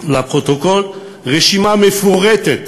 לפרוטוקול, רשימה מפורטת